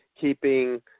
keeping